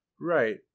Right